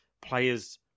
players